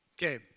Okay